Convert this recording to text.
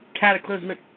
cataclysmic